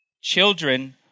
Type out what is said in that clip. children